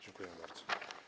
Dziękuję bardzo.